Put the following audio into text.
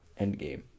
Endgame